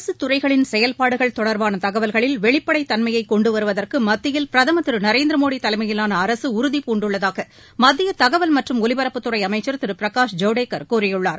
அரசு தறைகளின் செயல்பாடுகள் தொடர்பான தகவல்களில் வெளி ப்படைத்தன்மையை கொண்டுவருதிற்கு மத்தியில் பிரதமர் திரு ந ரேந்திர மோடி தலைமையிலான அரசு உறுதிபஆண்டுள்ளதாக மத்திய மத்தகவல் மத்திறும் பாத்திய பட்பட்த்திறை மத்திய அமைச்சர் மதிரு பிரகாஷ் ஜவடேகர் கூறிய ள்ளார்